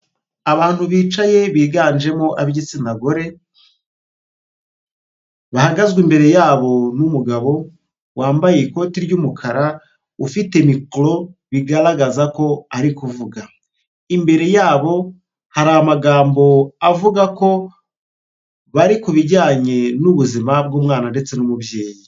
Abantu bicaye biganjemo ab'igitsina gore bahagaze imbere yabo n'umugabo wambaye ikoti ry'umukara ufite mikoro bigaragaza ko ari kuvuga imbere yabo hari amagambo avuga ko bari ku bijyanye n'ubuzima bw'umwana ndetse n'umubyeyi.